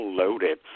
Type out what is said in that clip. loaded